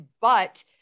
But-